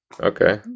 Okay